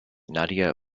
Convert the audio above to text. nadia